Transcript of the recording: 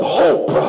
hope